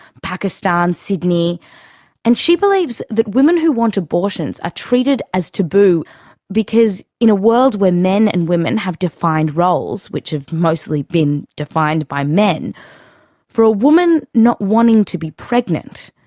pakistan, sydney and she believes that women who want abortions are treated as taboo because in a world where men and women have defined roles which have mostly been defined by men for a woman not wanting to be pregnant,